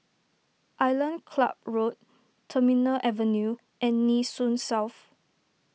Island Club Road Terminal Avenue and Nee Soon South